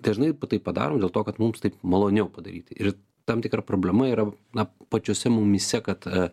dažnai tai padarom dėl to kad mums taip maloniau padaryti ir tam tikra problema yra na pačiuose mumyse kad